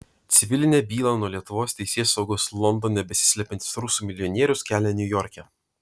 civilinę bylą nuo lietuvos teisėsaugos londone besislepiantis rusų milijonierius kelia niujorke